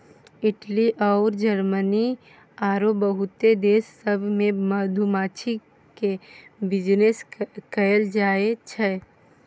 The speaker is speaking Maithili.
इटली अउर जरमनी आरो बहुते देश सब मे मधुमाछी केर बिजनेस कएल जाइ छै